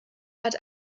hat